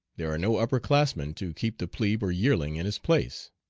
there are no upper classmen to keep the plebe or yearling in his place.